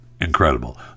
Incredible